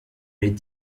les